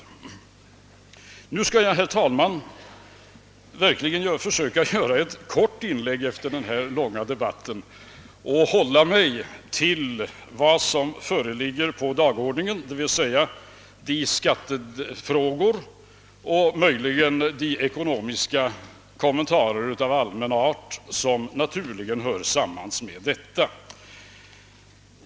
Nu skall jag, herr talman, verkligen försöka göra ett kort inlägg efter denna långa debatt och hålla mig till vad som nu behandlas på dagordningen, d. v. s. de skattefrågor och möjligen de ekonomiska kommentarer av allmän art som naturligtvis hör dit.